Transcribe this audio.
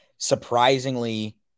surprisingly